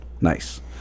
nice